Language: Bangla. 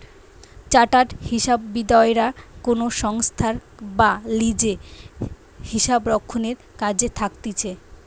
চার্টার্ড হিসাববিদরা কোনো সংস্থায় বা লিজে হিসাবরক্ষণের কাজে থাকতিছে